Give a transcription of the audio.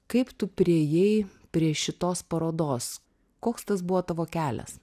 kaip tu priėjai prie šitos parodos koks tas buvo tavo kelias